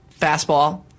fastball